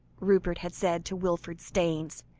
rupert had said to wilfred staynes,